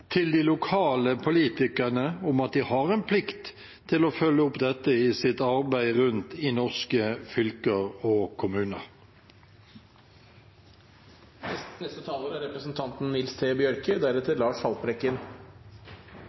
til de lokale politikerne om at de har en plikt til å følge opp dette i sitt arbeid rundt om i norske fylker og kommuner.